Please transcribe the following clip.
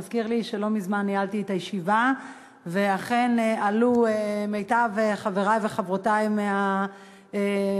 מזכיר לי שלא מזמן ניהלתי ישיבה ואכן עלו מיטב חברי וחברותי מהכנסת,